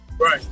Right